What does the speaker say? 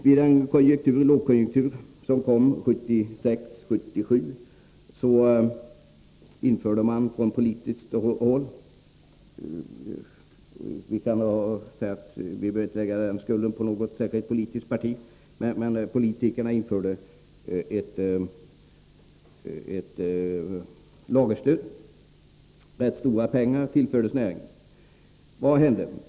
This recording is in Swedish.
Vid den lågkonjuntur Allmänpolitisk desom kom 1976-1977 införde man från politiskt håll — vi behöver inte lägga — patt skulden på något särskilt politiskt parti — ett lagerstöd. Rätt stora pengar tillfördes näringen. Vad hände?